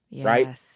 right